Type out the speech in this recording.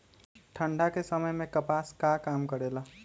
ठंडा के समय मे कपास का काम करेला?